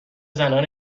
زنان